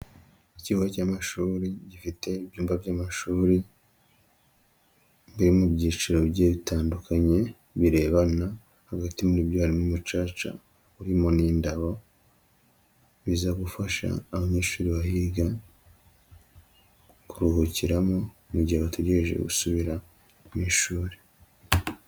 Ikigo cy'amashuri, gifite ibyumba by'amashuri biri mu byiciro bigiye bitandukanye birebana, hagati muri byo harimo umucaca urimo n'indabo, biza gufasha abanyeshuri bahiga kuruhukiramo mu gihe bategereje gusubira mu ishuri.